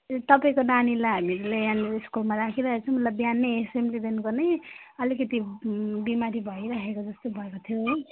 तपाईँको नानीलाई हामीहरूले यहाँनिर स्कुलमा राखिरहेको छौँ उसलाई बिहानै एसेम्ब्लीदेखिको नै अलिकति बिमारी भइराखेको जस्तो भएको थियो है